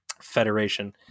Federation